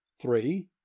three